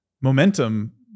momentum